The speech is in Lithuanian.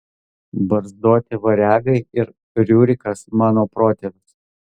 barzdoti variagai ir riurikas mano protėvis